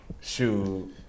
Shoot